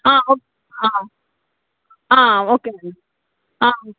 ఓకేనండి